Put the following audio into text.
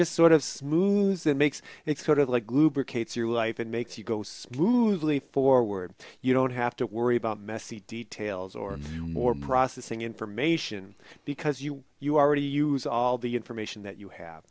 just sort of smoothes that makes it sort of like lubricates your life it makes you go smoothly forward you don't have to worry about messy details or more processing information because you you already use all the information that you have